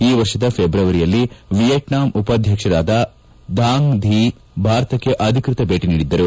ಈ ವರ್ಷದ ಫೆಬ್ರವರಿಯಲ್ಲಿ ವಿಯೆಟ್ನಾಂ ಉಪಾಧ್ಲಕ್ಷರಾದ ದಾಂಗ್ ಥಿ ಭಾರತಕ್ಷೆ ಅಧಿಕೃತ ಭೇಟ ನೀಡಿದ್ದರು